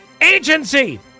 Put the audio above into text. Agency